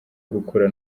gukura